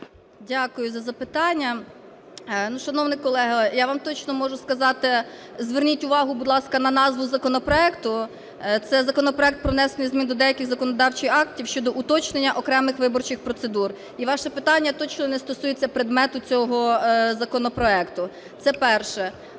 Дякую за запитання. Ну, шановні колеги, я вам точно можу сказати, зверніть увагу, будь ласка, на назву законопроекту, це законопроект про внесення змін до деяких законодавчих актів щодо уточнення окремих виборчих процедур. І ваше питання точно не стосується предмету цього законопроекту. Це перше.